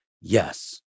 Yes